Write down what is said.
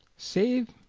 save.